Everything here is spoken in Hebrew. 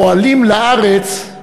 מועלים לארץ,